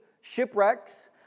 shipwrecks